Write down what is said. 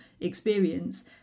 experience